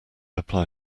apply